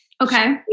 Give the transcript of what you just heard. Okay